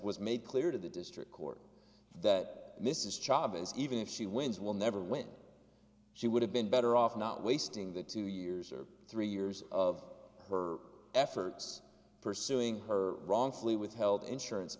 was made clear to the district court that mrs charges even if she wins will never win she would have been better off not wasting the two years or three years of her efforts pursuing her wrongfully withheld insurance